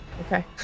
Okay